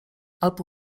albo